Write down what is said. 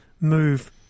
move